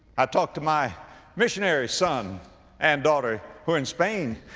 i talked to my missionary son and daughter who are in spain.